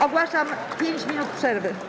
Ogłaszam 5 minut przerwy.